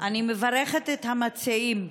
אני מברכת את המציעים.